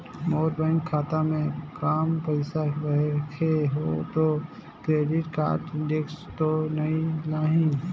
मोर bank खाता मे काम पइसा रखे हो तो क्रेडिट कारड टेक्स तो नइ लाही???